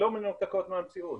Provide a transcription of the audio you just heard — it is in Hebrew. מנותקות מהמציאות.